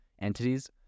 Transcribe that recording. entities